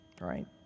right